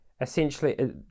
essentially